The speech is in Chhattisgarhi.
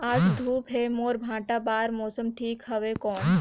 आज धूप हे मोर भांटा बार मौसम ठीक हवय कौन?